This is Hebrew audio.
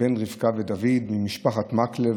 בן רבקה ודוד ממשפחת מקלב,